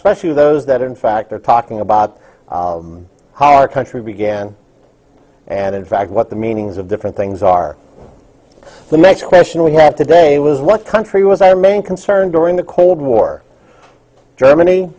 especially those that in fact are talking about our country began and in fact what the meanings of different things are the next question we have today was what country was a main concern during the cold war germany